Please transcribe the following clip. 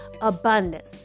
abundance